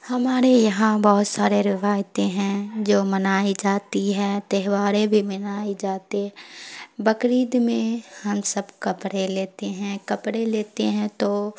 ہمارے یہاں بہت سارے روایتیں ہیں جو منائی جاتی ہے تہواریں بھی منائی جاتے بقرید میں ہم سب کپڑے لیتے ہیں کپڑے لیتے ہیں تو